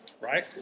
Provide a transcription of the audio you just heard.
Right